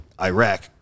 Iraq